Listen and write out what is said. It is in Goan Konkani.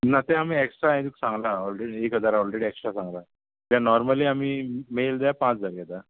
ना तें आमी एक्स्ट्रा हांवें तुका सांगलां ऑलरेडी एक हजार ऑलरेडी एक्स्ट्रा सांगला कित्याक नॉर्मली आमी मेल जाय पांच हजार घेता